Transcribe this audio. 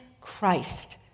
Christ